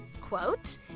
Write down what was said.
quote